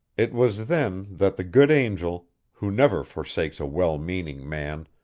it was then that the good angel, who never forsakes a well-meaning man,